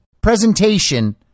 presentation